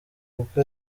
kuko